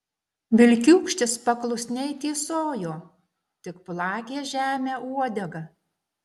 vilkiūkštis paklusniai tysojo tik plakė žemę uodegą